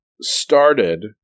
started